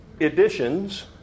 editions